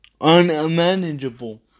Unmanageable